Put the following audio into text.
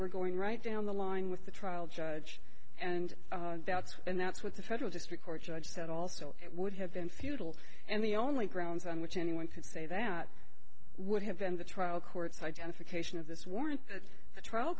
were going right down the line with the trial judge and that's and that's what the federal district court judge said also it would have been futile and the only grounds on which anyone could say that would have been the trial court's identification of this warrant the trial